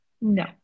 no